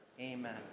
Amen